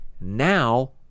Now